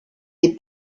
des